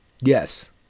Yes